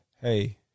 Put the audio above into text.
hey